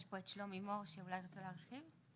שלומי מור, אולי תרצה להרחיב?